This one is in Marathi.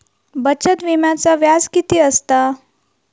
बचत विम्याचा व्याज किती असता?